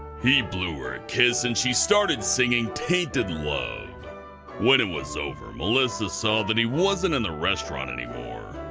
he blew her a kiss and she started singing tainted love when it was over, melissa saw that he wasn't in the restaurant anymore.